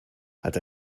hat